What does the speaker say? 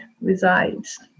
resides